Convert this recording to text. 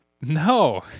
No